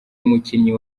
umukinnyi